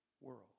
world